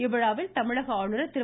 இவ்விழாவில் தமிழக ஆளுநர் திரு